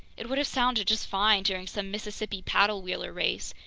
it would have sounded just fine during some mississippi paddle-wheeler race,